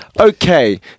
okay